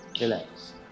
Relax